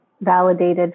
validated